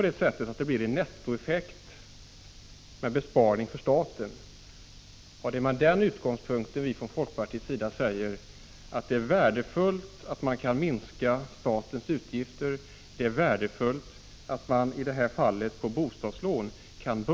Det blir alltså som nettoeffekt en besparing för staten, och det är med den utgångspunkten vi från folkpartiets sida säger att det är värdefullt att man kan minska statens utgifter och att man kan börja spara för staten, i det här fallet på bostadslån.